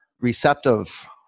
receptive